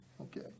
Okay